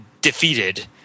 defeated